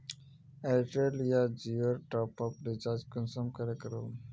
Airtel या जियोर top up recharge कुंसम करे करूम?